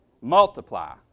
multiply